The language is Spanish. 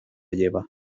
lleva